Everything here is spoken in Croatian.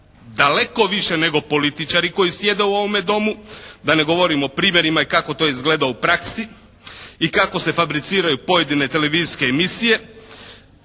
daleko više nego političari koji sjede u ovome Domu. Da ne govorim o primjerima i kako to izgleda u praksi. I kako se fabriciraju pojedine televizijske emisije.